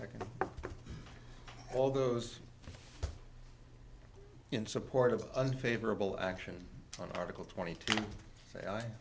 one all those in support of unfavorable action on article twenty two